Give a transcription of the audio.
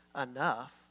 enough